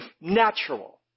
natural